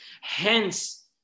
Hence